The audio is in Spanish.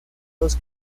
los